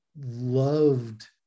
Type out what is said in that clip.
loved